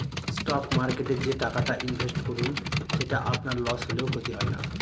stock মার্কেটে যে টাকাটা ইনভেস্ট করুন সেটা আপনার লস হলেও ক্ষতি হয় না